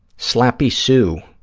slappy sue